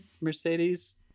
Mercedes